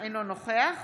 אינו נוכח